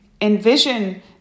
Envision